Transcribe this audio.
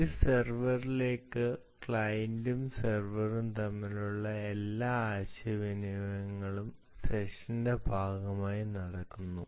ഒരു സെർവറിലേക്ക് ക്ലയന്റും സെർവറും തമ്മിലുള്ള എല്ലാ ആശയവിനിമയങ്ങളും സെഷന്റെ ഭാഗമായി നടക്കുന്നു